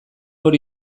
hor